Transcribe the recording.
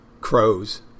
crows